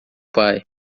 pai